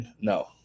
no